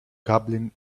gambling